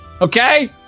okay